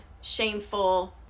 shameful